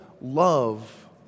love